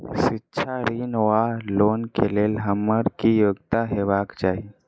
शिक्षा ऋण वा लोन केँ लेल हम्मर की योग्यता हेबाक चाहि?